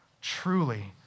Truly